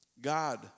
God